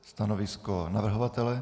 Stanovisko navrhovatele?